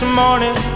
morning